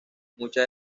muchas